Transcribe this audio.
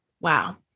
Wow